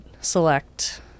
select